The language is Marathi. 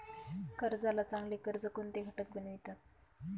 कर्जाला चांगले कर्ज कोणते घटक बनवितात?